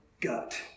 gut